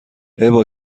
ابا